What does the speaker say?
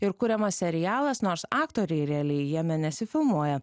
ir kuriamas serialas nors aktoriai realiai jame nesifilmuoja